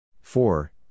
four